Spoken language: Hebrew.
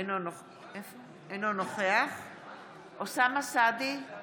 אינו נוכח אוסאמה סעדי,